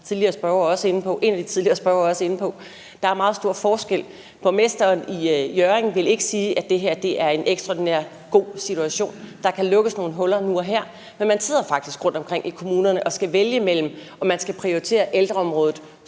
en af de tidligere spørgere også inde på – der er meget stor forskel. Borgmesteren i Hjørring Kommune ville ikke sige, at det her var en ekstraordinært god situation. Der kan lukkes nogle huller nu og her, men man sidder faktisk rundtomkring i kommunerne og skal vælge mellem, om man skal prioritere ældreområdet,